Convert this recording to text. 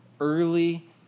early